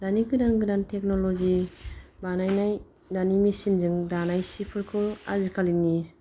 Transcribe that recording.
दानि गोदान गोदान टेक्न'लजि बानायनाय दानि मेसिनजों दानाय सिफोरखौ आजिखालिनि